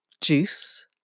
juice